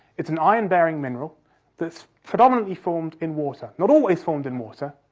it's an iron-bearing mineral that's predominantly formed in water, not always formed in water,